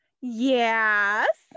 Yes